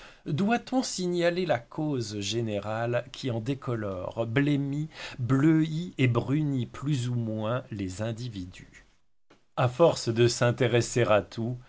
doit-on signaler la cause générale qui en décolore blêmit bleuit et brunit plus ou moins les individus à force de s'intéresser à tout